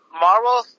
Marvel